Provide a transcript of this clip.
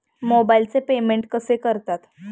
मोबाइलचे पेमेंट कसे करतात?